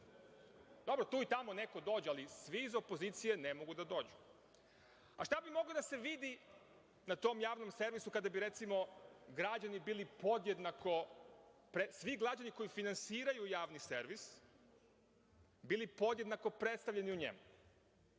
Dobro, tu i tamo neko dođe, ali svi iz opozicije ne mogu da dođu. Šta bi moglo da se vidi na tom javnom servisu kada bi svi građani koji finansiraju javni servis bili podjednako predstavljeni u njemu?